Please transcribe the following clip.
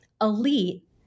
elite